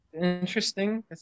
interesting